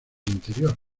interior